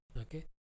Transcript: Okay